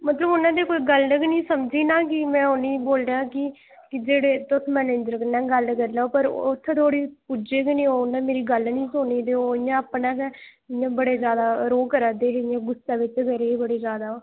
मतलब उ'न्नै ते कोई गल्ल गै निं समझी ना कि में उ'नें ई बोल्लेआ कि कि जेह्ड़े तुस मैनेजर कन्नै गल्ल् करी लाओ पर ओह् उत्थै धोड़ी पु्ज्जै गै निं ओह् उ'नें मेरी गल्ल निं सुनी ते ओह् इ'य़ां अपने गै इ'यां बड़े जैदा रोह् करा दे हे इ'यां गुस्सै बिच गै रेह् बड़े जैदा ओ